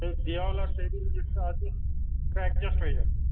দেওয়াল আর টেবিল যেটা আছে একজ্যাক্ট সাইজ হবে